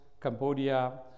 Cambodia